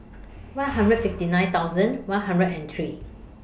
one hundred fifty nine thousand one hundred and three